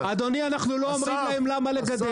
אדוני, אנחנו לא אומרים להם מה לגדל.